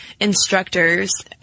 instructors